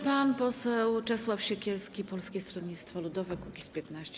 Pan poseł Czesław Siekierski, Polskie Stronnictwo Ludowe - Kukiz15.